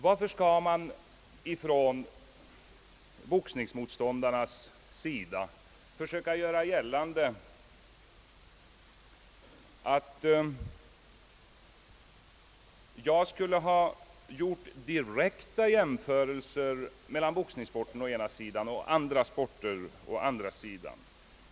Varför skall boxningens motståndare försöka göra gällande att jag direkt jämfört boxningssporten och andra idrottsgrenar?